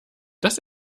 das